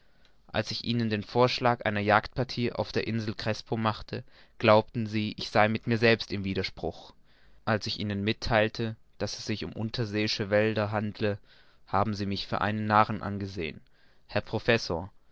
als ich ihnen den vorschlag einer jagdpartie auf der insel crespo machte glaubten sie ich sei mit mir selbst im widerspruch als ich ihnen mittheilte daß es sich um unterseeische wälder handle haben sie mich für einen narren angesehen herr professor